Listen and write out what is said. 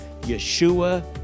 Yeshua